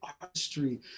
artistry